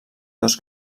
dos